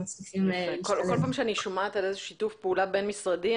כל פעם שאני שומעת על איזה שיתוף פעולה בין-משרדי,